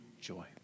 joy